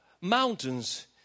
mountains